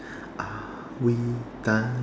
are we done